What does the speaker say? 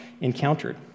encountered